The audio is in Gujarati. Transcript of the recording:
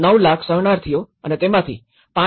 ૯ લાખ શરણાર્થીઓ અને તેમાંથી ૫